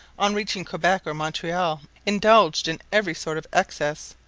on reaching quebec or montreal indulged in every sort of excess,